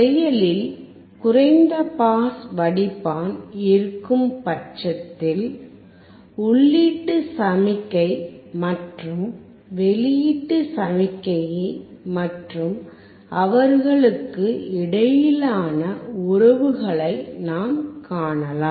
செயலில் குறைந்த பாஸ் வடிப்பான் இருக்கும் பட்சத்தில் உள்ளீட்டு சமிக்ஞை மற்றும் வெளியீட்டு சமிக்ஞையை மற்றும் அவர்களுக்கு இடையிலான உறவுகளை நாம் காணலாம்